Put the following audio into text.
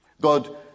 God